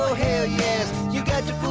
hell yes you got to